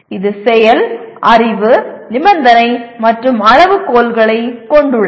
இது செயல் அறிவு நிபந்தனை மற்றும் அளவுகோல்களைக் கொண்டுள்ளது